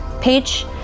page